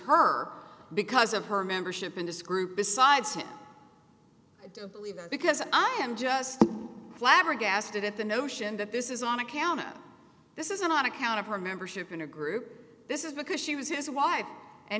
her because of her membership in this group besides him believe him because i am just flabbergasted at the notion that this is on account of this isn't on account of her membership in a group this is because she was his wife and